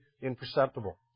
imperceptible